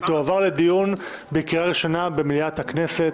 הצעת החוק אושרה והיא תועבר לדיון בקריאה ראשונה במליאת הכנסת.